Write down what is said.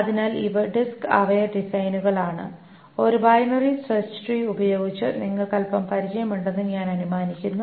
അതിനാൽ ഇവ disk aware ഡിസൈനുകൾ ആണ് ഒരു ബൈനറി സെർച്ച് ട്രീ ഉപയോഗിച്ച് നിങ്ങൾക്ക് അൽപ്പം പരിചയമുണ്ടെന്ന് ഞാൻ അനുമാനിക്കുന്നു